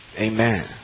amen